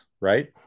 right